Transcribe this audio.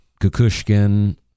Kukushkin